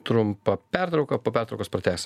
trumpą pertrauką po pertraukos pratęsim